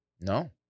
No